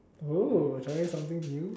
oh trying something new